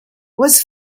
was